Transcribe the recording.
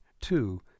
two